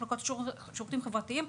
המחלקות לשירותים חברתיים,